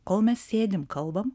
kol mes sėdim kalbam